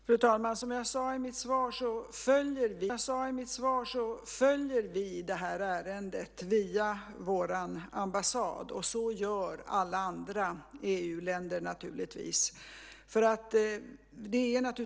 Fru talman! Som jag sade i mitt svar följer vi det här ärendet via vår ambassad. Så gör naturligtvis alla andra EU-länder också.